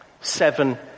seven